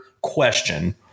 question